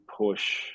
push